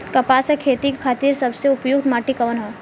कपास क खेती के खातिर सबसे उपयुक्त माटी कवन ह?